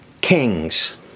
Kings